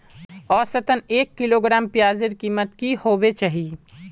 औसतन एक किलोग्राम प्याजेर कीमत की होबे चही?